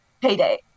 payday